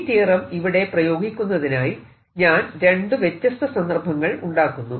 ഈ തിയറം ഇവിടെ പ്രയോഗിക്കുന്നതിനായി ഞാൻ രണ്ടു വ്യത്യസ്ത സന്ദർഭങ്ങൾ ഉണ്ടാക്കുന്നു